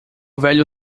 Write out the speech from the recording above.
velho